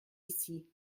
ici